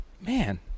man